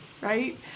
Right